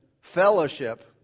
fellowship